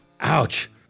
Ouch